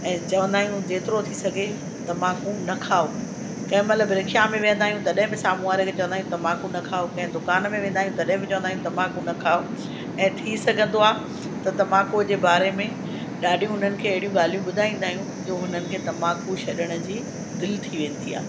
ऐं चवंदा आहियूं जेतिरो थी सघे तम्बाकू न खाओ तंहिंमहिल बि रिक्शा में वेंदा आहियूं तॾहिं बि साम्हूं वारे खे चवंदा आहियूं तम्बाकू न खाओ कंहिं दुकान में वेंदा आहियूं तॾहिं बि चवंदा आहियूं तम्बाकू न खाओ ऐं थी सघंदो आहे त तम्बाकूअ जे बारे में ॾाढियूं हुननि खे अहिड़ियूं ॻाल्हियूं ॿुधाईंदा आहियूं जो हुननि खे तम्बाकू छॾण जी दिलि थी वेंदी आहे